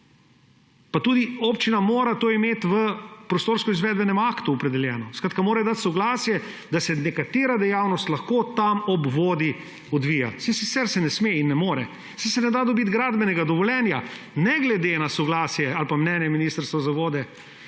Pa tudi občina mora to imeti v prostorsko-izvedbenem aktu opredeljeno. Skratka, mora dati soglasje, da se določena dejavnost lahko tam ob vodi odvija. Saj sicer se ne sme in ne more. Saj se ne da dobiti gradbenega dovoljenja, ne glede na soglasje ali pa mnenje Direkcije za vode,